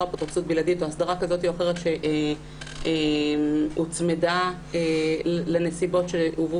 לא אפוטרופסות בלעדית או הסדרה כזו או אחרת שהוצמדה לנסיבות שהובאו